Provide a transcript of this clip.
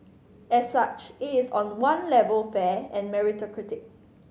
as such it is on one level fair and meritocratic